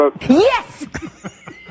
Yes